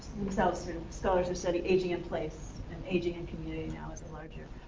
so sort of scholars who study aging in place, and aging in community now is a larger